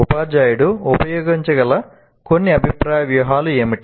ఉపాధ్యాయుడు ఉపయోగించగల కొన్ని అభిప్రాయ వ్యూహాలు ఏమిటి